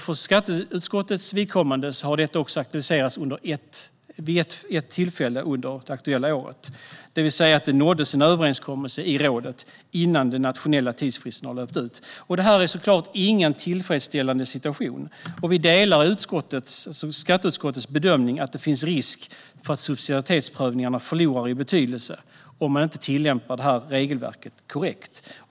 För skatteutskottets vidkommande har detta aktualiserats vid ett tillfälle under det aktuella året. Det vill säga att det nåddes en överenskommelse i rådet innan den nationella tidsfristen hade löpt ut. Detta är såklart inte en tillfredställande situation. Vi delar skatteutskottets bedömning att det finns risk för att subsidiaritetsprövningarna förlorar i betydelse om man inte tillämpar regelverket korrekt.